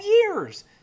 years